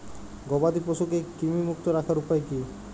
গবাদি পশুকে কৃমিমুক্ত রাখার উপায় কী?